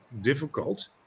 difficult